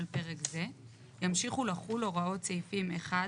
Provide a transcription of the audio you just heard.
יום זה ימשיכו לחול הוראות סעיפים 1,